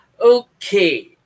Okay